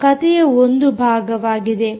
ಅದು ಕಥೆಯ ಒಂದು ಭಾಗವಾಗಿದೆ